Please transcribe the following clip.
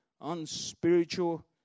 unspiritual